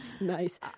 Nice